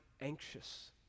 anxious